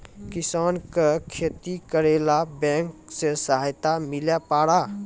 किसान का खेती करेला बैंक से सहायता मिला पारा?